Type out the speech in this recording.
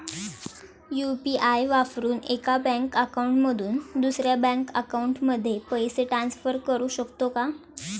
UPI वापरून एका bank account मधून दुसऱ्या बँक अकाउंटमध्ये पैसे ट्रान्सफर करू शकतो का?